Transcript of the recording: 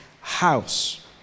house